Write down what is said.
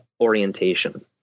orientation